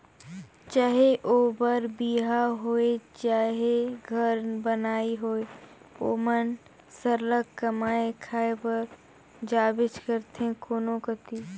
चहे ओ बर बिहा होए चहे घर बनई होए ओमन सरलग कमाए खाए बर जाबेच करथे कोनो कती